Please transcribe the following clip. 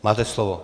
Máte slovo.